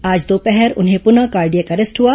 आज दोपहर उन्हें पुनः कार्डियक अरेस्ट हुआ